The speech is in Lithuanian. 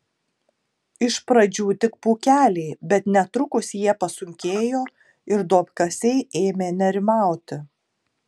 iš pradžių tik pūkeliai bet netrukus jie pasunkėjo ir duobkasiai ėmė nerimauti